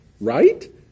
right